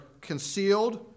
concealed